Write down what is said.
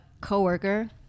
coworker